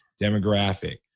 demographic